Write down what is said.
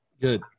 Good